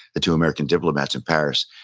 the two american diplomats in paris,